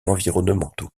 environnementaux